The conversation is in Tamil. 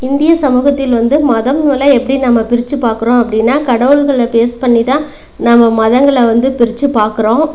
இந்திய சமூகத்தில் வந்து மதங்களை எப்படி நம்ம பிரிச்சுப் பார்க்குறோம் அப்படினா கடவுள்களை பேஸ் பண்ணி தான் நாம மதங்களை வந்து பிரிச்சுப் பார்க்குறோம்